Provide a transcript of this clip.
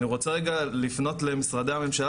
אני רוצה רגע לפנות למשרדי הממשלה